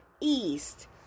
east